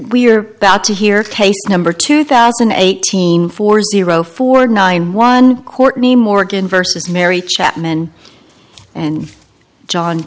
we're about to hear case number two thousand and eighteen for zero four nine one courtney morgan versus mary chapman and john